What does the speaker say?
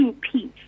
peace